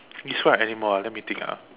this a animal right let me think ah